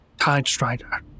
Tidestrider